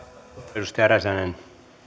arvoisa herra